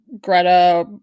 Greta